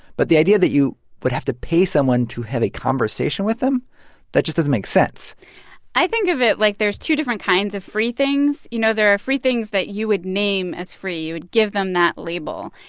but the idea that you would have to pay someone to have a conversation with them that just doesn't make sense i think of it like there's two different kinds of free things. you know, there are free things that you would name as free. you would give them that label.